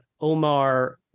Omar